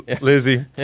Lizzie